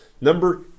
Number